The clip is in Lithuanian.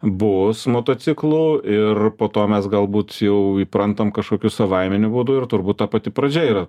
bus motociklų ir po to mes galbūt jau įprantam kažkokiu savaiminiu būdu ir turbūt ta pati pradžia yra